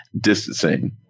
distancing